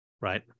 right